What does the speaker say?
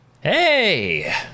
Hey